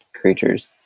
creatures